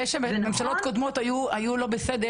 זה שממשלות קודמות היו לא בסדר,